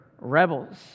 rebels